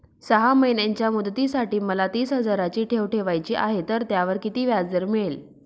सहा महिन्यांच्या मुदतीसाठी मला तीस हजाराची ठेव ठेवायची आहे, तर त्यावर किती व्याजदर मिळेल?